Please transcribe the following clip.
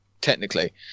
technically